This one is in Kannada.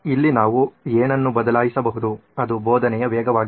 ಇಲ್ಲಿ ನಾವು ಏನು ಬದಲಾಗಬಹುದು ಅದು ಬೋಧನೆಯ ವೇಗವಾಗಿದೆ